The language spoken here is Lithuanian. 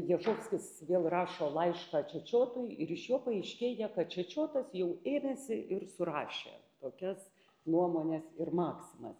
ježovskis vėl rašo laišką čečiotui ir iš jo paaiškėja kad čečiotas jau ėmėsi ir surašė tokias nuomones ir maksimas